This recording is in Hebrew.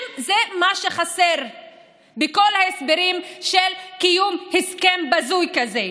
זה מה שחסר בכל ההסברים של קיום הסכם בזוי כזה.